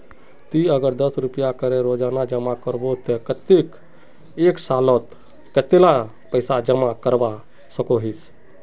ती अगर दस रुपया करे रोजाना जमा करबो ते कतेक एक सालोत कतेला पैसा जमा करवा सकोहिस?